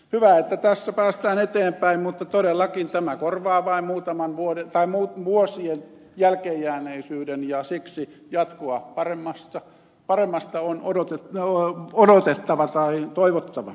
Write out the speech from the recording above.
hyvä että tässä päästään eteenpäin mutta todellakin tämä korvaa vain vuosien jälkeenjääneisyyden ja siksi jatkoa paremmasta on odotettava tai toivottava